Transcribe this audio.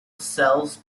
sells